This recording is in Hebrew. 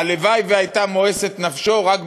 הלוואי שהייתה מואסת נפשו רק ברבנים,